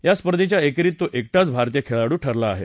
या स्पर्धेच्या एकेरीत तो एकटाच भारतीय खेळाडू उरला आहे